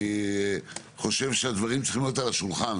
אני חושב שהדברים צריכים להיות על השולחן,